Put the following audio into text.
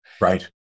Right